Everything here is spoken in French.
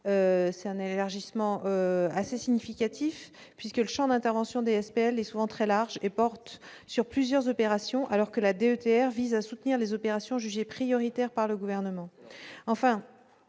Cet élargissement est assez significatif, puisque le champ d'intervention des SPL est souvent très large et porte sur plusieurs opérations, alors que la DETR vise à soutenir les opérations jugées prioritaires par le Gouvernement.